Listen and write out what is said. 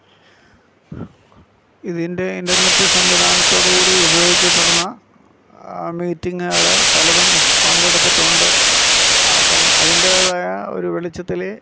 ഇതിൻ്റെ ഇൻ്റെർനെറ്റ് സംവിധാനത്തോടുകൂടി ഉപയോഗിക്കപ്പെടുന്ന മീറ്റിംഗ്കൾ പലതും പങ്കെടുത്തിട്ടുണ്ട് അപ്പം അതിൻറ്റേതായ ഒരു വെളിച്ചത്തിൽ